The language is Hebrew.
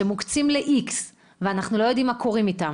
שמוקצים למטרה X ואנחנו לא יודעים מה קורה איתם.